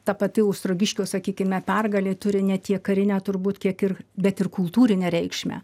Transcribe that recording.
ta pati ostrogiškio sakykime pergalė turi ne tiek karinę turbūt kiek ir bet ir kultūrinę reikšmę